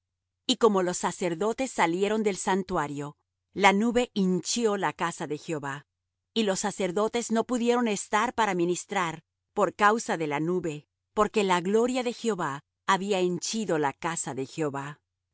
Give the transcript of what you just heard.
y como los sacerdotes salieron del santuario la nube hinchió la casa de jehová y los sacerdotes no pudieron estar para ministrar por causa de la nube porque la gloria de jehová había henchido la casa de jehová